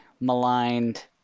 maligned